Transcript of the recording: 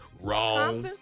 Wrong